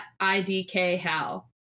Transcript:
IDKHow